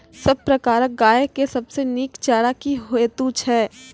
सब प्रकारक गाय के सबसे नीक चारा की हेतु छै?